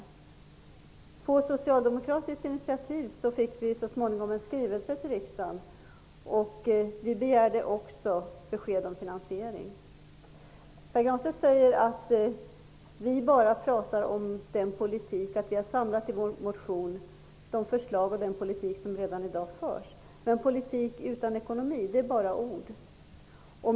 Tack vare socialdemokratiskt initiativ fick riksdagen så småningom en skrivelse. Vi begärde också besked om finansieringen. Pär Granstedt säger att vi socialdemokrater i vår motion samlat förslag om den politik som i dag redan förs. Men politik utan ekonomi är bara ord.